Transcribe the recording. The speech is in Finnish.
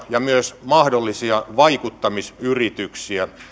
ja myös mahdollisia vaikuttamisyrityksiä